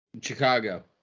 Chicago